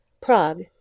Prague